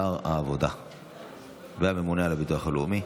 שר העבודה והממונה על הביטוח הלאומי,